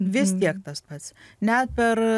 vis tiek tas pats net per